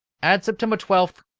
add september twelfth,